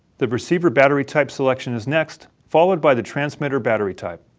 the receiver battery type selection is next, followed by the transmitter battery type.